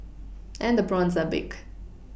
and the prawns are big